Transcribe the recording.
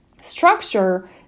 structure